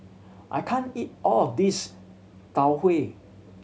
I can't eat all of this Tau Huay